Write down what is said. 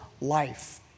life